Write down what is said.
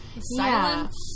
Silence